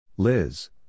Liz